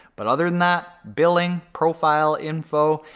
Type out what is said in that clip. but other than that, billing, profile info,